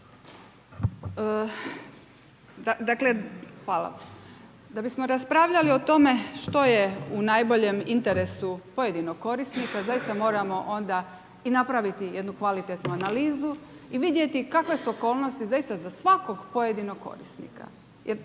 Dakle hvala. Da bismo raspravljali o tome što je u najboljem interesu pojedinog korisnika, zaista moramo onda i napraviti jednu kvalitetnu analizu i vidjeti kakve su okolnosti zaista za svakog pojedinog korisnika